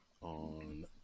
on